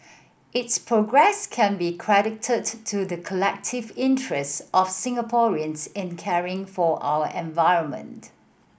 its progress can be credited to the collective interest of Singaporeans in caring for our environment